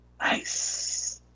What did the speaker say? Nice